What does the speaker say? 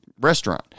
restaurant